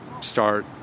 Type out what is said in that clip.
start